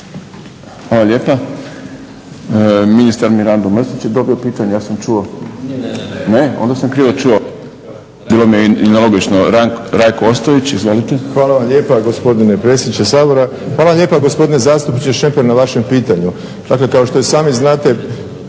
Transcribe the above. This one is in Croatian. Hvala lijepa. Ministar Mirando Mrsić je dobio pitanje. Ja sam čuo. Ne. Onda sam krivo čuo. Bilo mi je i nelogično. Rajko Ostojić izvolite. **Ostojić, Rajko (SDP)** Hvala vam lijepo gospodine predsjedniče Sabora. Hvala vam lijepo gospodine zastupniče Šemper na vašem pitanju. Dakle, kao što i sami znate